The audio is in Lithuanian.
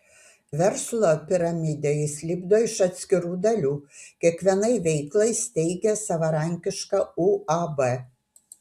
verslo piramidę jis lipdo iš atskirų dalių kiekvienai veiklai steigia savarankišką uab